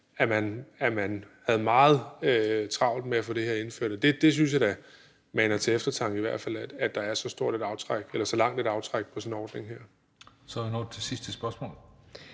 at man havde meget travlt med at få det her indført. Jeg synes da, at det maner til eftertanke, at der er så langt et aftræk på sådan en ordning. Kl. 15:39 Den fg. formand (Christian